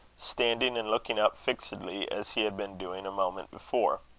standing and looking up fixedly as he had been doing a moment before.